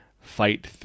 fight